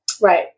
Right